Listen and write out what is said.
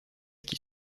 qui